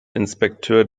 inspekteur